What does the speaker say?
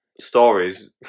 stories